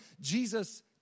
Jesus